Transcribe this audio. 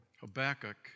Habakkuk